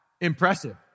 impressive